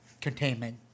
containment